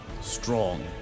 strong